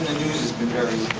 has been very